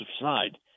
side